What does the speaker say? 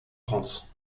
france